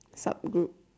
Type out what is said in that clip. sub group